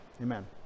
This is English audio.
Amen